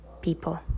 people